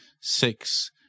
six